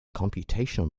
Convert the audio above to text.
computational